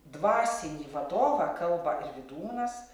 dvasinį vadovą kalba vydūnas